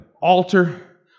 altar